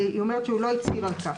הוא לא הצהיר על כך.